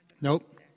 Nope